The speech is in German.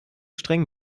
streng